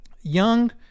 young